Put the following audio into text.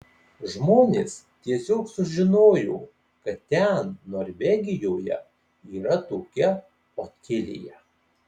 žmonės tiesiog sužinojo kad ten norvegijoje yra tokia otilija